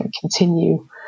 continue